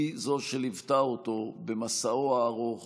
היא זו שליוותה אותו במסעו הארוך